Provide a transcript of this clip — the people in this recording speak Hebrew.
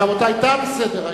רבותי, תם סדר-היום.